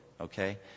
okay